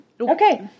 Okay